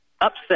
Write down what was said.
upset